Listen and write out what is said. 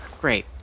Great